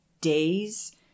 days